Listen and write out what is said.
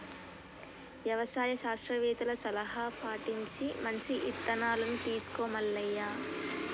యవసాయ శాస్త్రవేత్తల సలహా పటించి మంచి ఇత్తనాలను తీసుకో మల్లయ్య